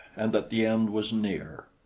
and that the end was near.